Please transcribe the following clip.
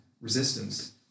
resistance